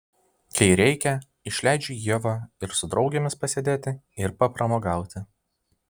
kai reikia išleidžiu ievą ir su draugėmis pasėdėti ir papramogauti